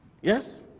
Yes